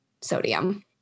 sodium